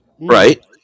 Right